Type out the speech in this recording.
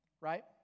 right